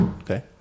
Okay